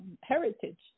heritage